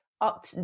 up